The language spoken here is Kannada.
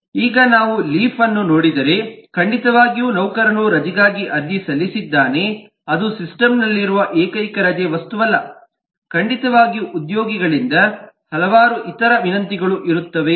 ಈಗ ನಾವು ಲೀಫ್ ಅನ್ನು ನೋಡಿದರೆ ಖಂಡಿತವಾಗಿಯೂ ನೌಕರನು ರಜೆಗಾಗಿ ಅರ್ಜಿ ಸಲ್ಲಿಸಿದ್ದಾನೆ ಅದು ಸಿಸ್ಟಮ್ನಲ್ಲಿರುವ ಏಕೈಕ ರಜೆ ವಸ್ತುವಲ್ಲ ಖಂಡಿತವಾಗಿಯೂ ಉದ್ಯೋಗಿಗಳಿಂದ ಹಲವಾರು ಇತರ ವಿನಂತಿಗಳು ಇರುತ್ತವೆ